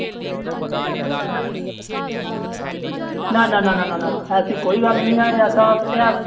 ना ना ना ना ऐसी कोई गल्ल नेईं ऐ ऐसा एह्